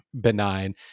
benign